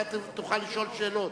אתה תוכל לשאול שאלות,